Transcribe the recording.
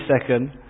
second